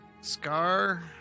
Scar